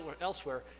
elsewhere